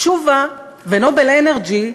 תשובה ו"נובל אנרג'י"